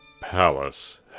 palace